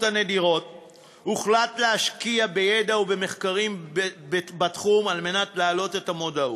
הנדירות והוחלט להשקיע בידע ובמחקרים בתחום כדי להגביר את המודעות.